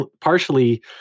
partially